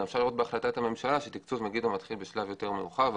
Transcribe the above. אפשר גם לראות בהחלטת ממשלה שתקצוב מגידו מתחיל בשלב יותר מאוחר.